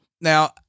Now